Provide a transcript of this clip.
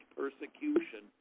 persecution